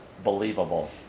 believable